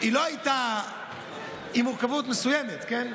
היא מורכבות מסוימת, כן?